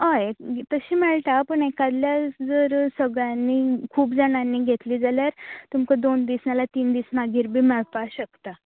हय तशे मेळटा पूण एकाद्रे जर सगळ्यांनी खूब जाणांनी घेतले जाल्यार तुमकां दोन दीस नाल्यार तीन दीस मागीर बी मेळपा शकता